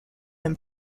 him